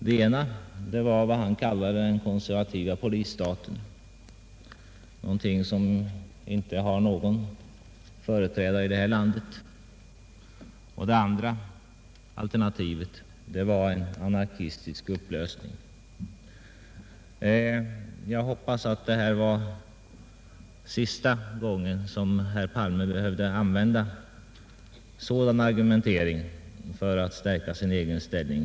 Det ena var vad han kallade den konservativa polisstaten — någonting som inte har någon företrädare här i landet — och det andra var en anarkistisk upplösning. Jag hoppas att detta var sista gången som herr Palme behövde använda en sådan argumentering för att stärka sin egen ställning.